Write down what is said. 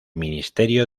ministerio